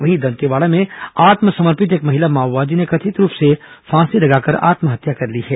वहीं दंतेवाड़ा में आत्मसमर्पित एक महिला माओवादी ने कथित रूप से फांसी लगाकर आत्महत्या कर ली है